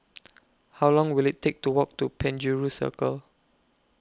How Long Will IT Take to Walk to Penjuru Circle